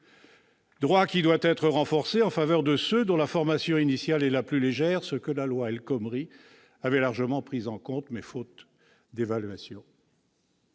droit qui doit être renforcé pour ceux dont la formation initiale est la plus légère, ce que la loi El Khomri avait largement pris en compte. Mais faute d'évaluation